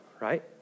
right